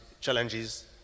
challenges